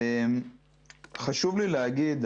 חשוב לי להגיד,